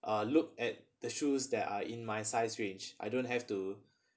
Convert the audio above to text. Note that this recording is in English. uh look at the shoes that are in my size range I don't have to